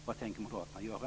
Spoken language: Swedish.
Vad tänker moderaterna göra?